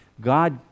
God